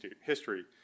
History